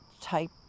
type